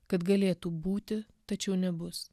kad galėtų būti tačiau nebus